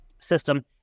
system